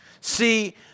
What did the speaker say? See